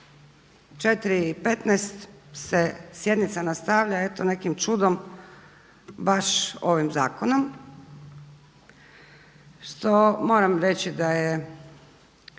4.15. se sjednica nastavlja eto nekim čudom baš ovim zakonom. Što moram reći da je